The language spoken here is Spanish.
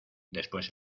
después